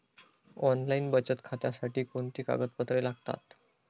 Online बचत खात्यासाठी कोणती कागदपत्रे लागतात?